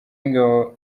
w’ingabo